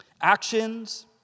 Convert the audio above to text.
Actions